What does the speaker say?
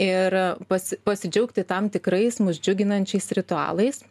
ir pasi pasidžiaugti tam tikrais mus džiuginančiais ritualais